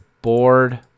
Board